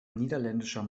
niederländischer